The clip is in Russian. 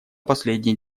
последние